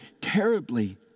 terribly